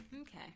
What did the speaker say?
Okay